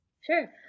Sure